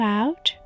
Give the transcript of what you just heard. out